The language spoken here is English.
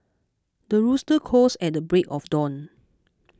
the rooster crows at the break of dawn